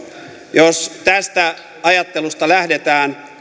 jos tästä ajattelusta lähdetään